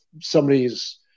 somebody's